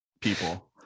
people